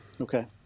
okay